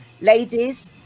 ladies